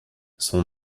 son